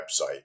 website